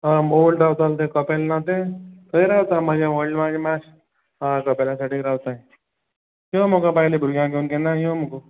हय आमी ओल्ड रावताले तें कपॅल ना तें थंय रावता म्हज्या मातशें कपॅला सायडीक रावताय यो मुगो बायले भुरग्यां घेवन केन्नाय यो मुगो